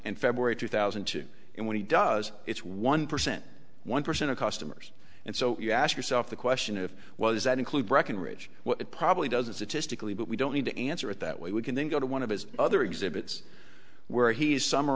and february two thousand and two and when he does it's one percent one percent of customers and so you ask yourself the question of what does that include breckenridge what it probably does it to stickley but we don't need to answer it that way we can then go to one of his other exhibits where he is summ